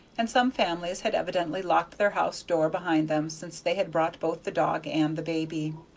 and some families had evidently locked their house door behind them, since they had brought both the dog and the baby.